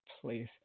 Please